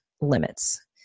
limits